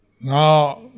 Now